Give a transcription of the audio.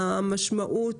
המשמעויות,